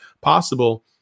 possible